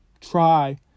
try